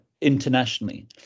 internationally